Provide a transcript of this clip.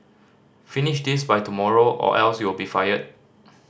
finish this by tomorrow or else you'll be fired